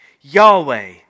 Yahweh